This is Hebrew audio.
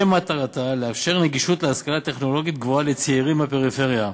שמטרתה לאפשר נגישות להשכלה טכנולוגית גבוהה לצעירים בפריפריה,